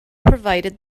provided